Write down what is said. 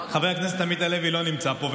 חבר הכנסת עמית הלוי לא נמצא פה,